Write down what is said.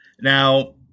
Now